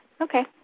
Okay